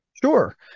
Sure